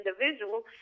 individual